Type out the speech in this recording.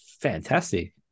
fantastic